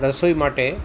રસોઈ માટે